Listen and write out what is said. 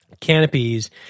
canopies